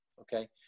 Okay